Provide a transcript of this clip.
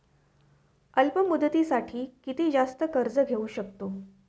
अल्प मुदतीसाठी किती जास्त कर्ज घेऊ शकतो?